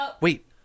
Wait